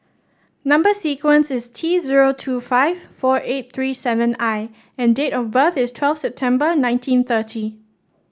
number sequence is T zero two five four eight three seven I and date of birth is twelve September nineteen thirty